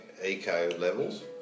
eco-levels